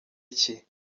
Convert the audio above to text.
iki